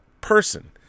person